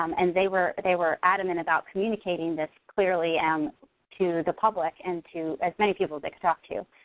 um and they were they were adamant about communicating this clearly and to the public, and to as many people they could talk to.